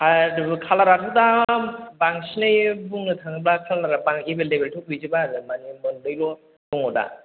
आर कालाराथ' दा बांसिनै बुंनो थाङोब्ला कालारा बा एभेलेबेलथ' गैजोबा आरो मानि मोनब्रैल' दङ दा